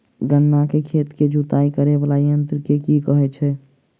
गन्ना केँ खेत केँ जुताई करै वला यंत्र केँ की कहय छै?